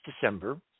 december